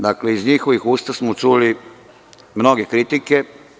Dakle, iz njihovih usta smo čuli mnoge kritike.